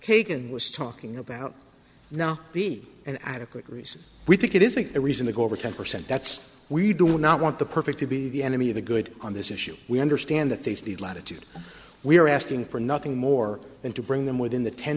kagan was talking about now be an adequate reason we think it is a reason to go over ten percent that's we do not want the perfect to be the enemy of the good on this issue we understand that there's the latitude we are asking for nothing more than to bring them within the ten